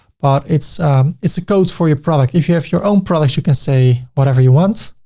but it's it's a code for your product. if you have your own products, you can say whatever you want.